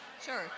Sure